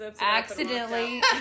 Accidentally